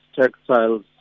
textiles